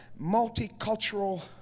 multicultural